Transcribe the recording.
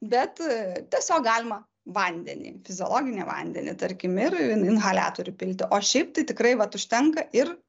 bet tiesiog galima vandenį fiziologinį vandenį tarkim ir į inhaliatorių pilti o šiaip tai tikrai vat užtenka ir